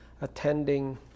attending